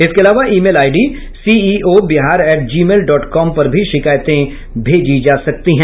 इसके अलावा email ID CEO Bihar at Gmail dot com पर भी शिकायतें भेजी जा सकती हैं